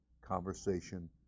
conversation